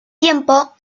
tiempo